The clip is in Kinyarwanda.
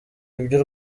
ibyo